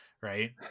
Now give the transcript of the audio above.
right